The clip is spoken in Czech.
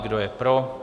Kdo je pro?